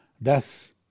Thus